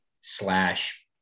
slash